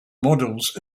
models